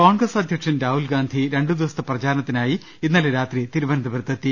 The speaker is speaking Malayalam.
കോൺഗ്രസ് അധ്യക്ഷൻ രാഹുൽ ഗാന്ധി രണ്ട് ദിവസത്തെ പ്രചാരണത്തിനായി ഇന്നലെ രാത്രി തിരുവനന്തപുരത്തെത്തി